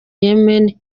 n’ibyo